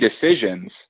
decisions